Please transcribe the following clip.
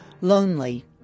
lonely